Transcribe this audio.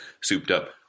souped-up